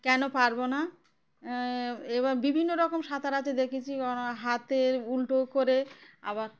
কেন পারব না এবার বিভিন্ন রকম সাঁতার আছে দেখেছি হাতের উল্টো করে আবার